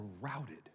routed